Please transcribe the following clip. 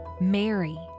Mary